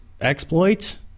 exploits